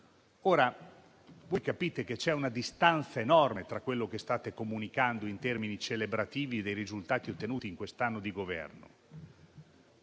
Ora, voi capite che c'è una distanza enorme tra quello che state comunicando in termini celebrativi dei risultati ottenuti in quest'anno di Governo,